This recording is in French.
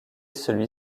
celui